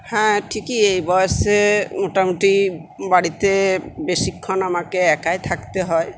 হ্যাঁ ঠিকই এই বয়সে মোটামুটি বাড়িতে বেশিক্ষণ আমাকে একাই থাকতে হয়